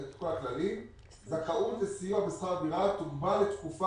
כתוב שהזכאות לסיוע בשכר דירה תוגבל לתקופה